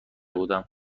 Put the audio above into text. بودم